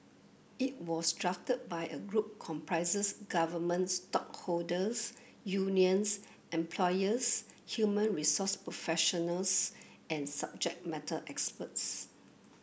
it was drafted by a group government stakeholders unions employers human resource professionals and subject matter experts